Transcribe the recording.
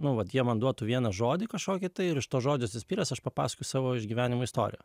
nu vat jie man duotų vieną žodį kažkokį tai ir iš to žodžio užsispyręs aš papasakoju savo iš gyvenimo istoriją